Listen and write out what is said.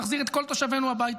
להחזיר את כל תושבינו הביתה.